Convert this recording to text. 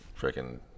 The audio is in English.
freaking